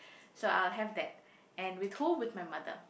so I'll have that and with who with my mother